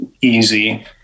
easy